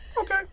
Okay